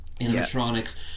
animatronics